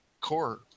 core